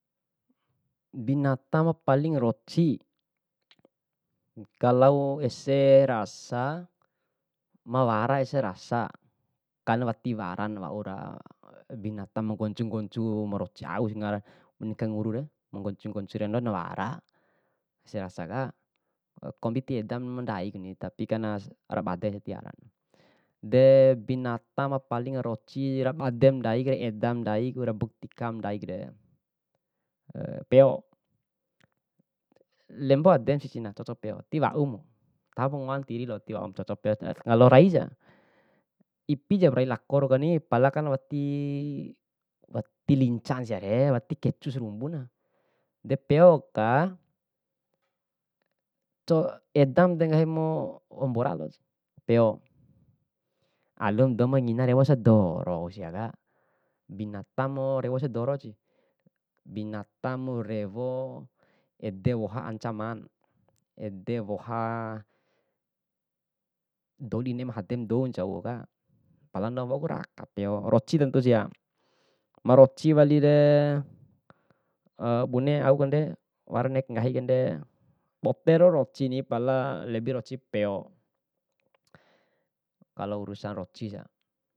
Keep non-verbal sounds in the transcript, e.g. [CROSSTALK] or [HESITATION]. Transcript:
Binatang paling roci, kalau ese rasa, mawara ese rasa, kan wati waran waura binata ma nggoncu nggocu maroci ausi nggarana bune kanguru re, manggocu nggocu endona wara ese rasa ka, kombi ti edam ba ndaikuni tapi kana rabadek tiwaran. De binata ma paling roci ra badem bandaik, ra edam ndaiku ra butika ndaikre [HESITATION] peo, lembo adem si cina coco peo, di waum, taho pu ngao ntiri lo ti waum kalau raisi, ipi japa rai lako kani palana wati wati lincana siake wati kecu sarumbu na. De peo ka, co edam de nggahimu waura mbora lalosi, peo alum dou mangina rewo ese doro siaka, binata ma wau rewo ese dorosi, binata mu rewo ede woha ancaman, ede woha dou di neem hadi dou ncau ka, pala na wauku raka peo, roci ruku sia. Maroci wali re [HESITATION] mone au kande, wara ne'e ku nggahi kande, bote rau rocini pala lebi rocipu peo, kalo urusan roci sia.